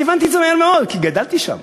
הבנתי את זה מהר מאוד כי גדלתי שם.